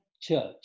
church